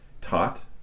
taught